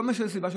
כל מי שאין סיבה,